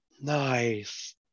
Nice